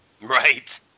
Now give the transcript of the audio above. Right